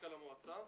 מנכ"ל המועצה.